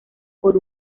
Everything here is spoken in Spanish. por